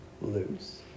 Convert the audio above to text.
lose